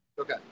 Okay